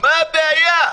מה הבעיה?